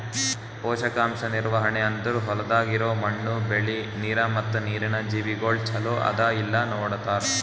ಪೋಷಕಾಂಶ ನಿರ್ವಹಣೆ ಅಂದುರ್ ಹೊಲ್ದಾಗ್ ಇರೋ ಮಣ್ಣು, ಬೆಳಿ, ನೀರ ಮತ್ತ ನೀರಿನ ಜೀವಿಗೊಳ್ ಚಲೋ ಅದಾ ಇಲ್ಲಾ ನೋಡತಾರ್